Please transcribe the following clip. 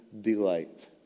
delight